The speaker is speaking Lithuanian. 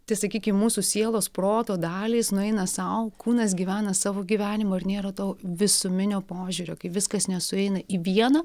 tai sakykim mūsų sielos proto dalys nueina sau kūnas gyvena savo gyvenimą ir nėra to visuminio požiūrio kai viskas nesueina į vieną